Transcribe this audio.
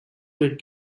were